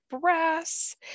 Brass